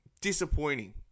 Disappointing